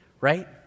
right